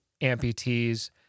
amputees